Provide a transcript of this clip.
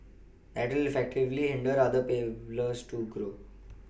that will effectively hinder other players to grow